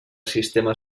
sistema